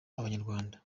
abanyarwanda